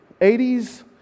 80s